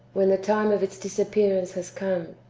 when the time of its disappearance has come,